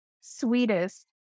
sweetest